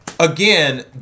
Again